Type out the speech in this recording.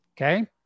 okay